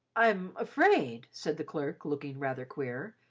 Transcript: i'm afraid, said the clerk, looking rather queer,